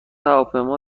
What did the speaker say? هواپیما